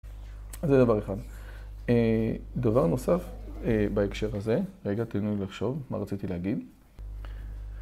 זה דבר אחד. דבר נוסף בהקשר הזה, רגע תנו לי לחשוב מה רציתי להגיד.